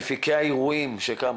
מפיקי האירועים שקמו,